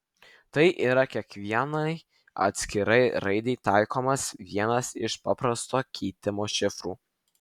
tai yra kiekvienai atskirai raidei taikomas vienas iš paprasto keitimo šifrų